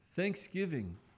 Thanksgiving